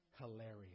hilarious